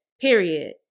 period